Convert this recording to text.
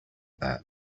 that